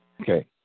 Okay